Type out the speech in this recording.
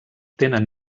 tenen